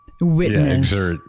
witness